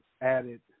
added